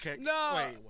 No